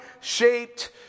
shaped